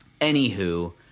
anywho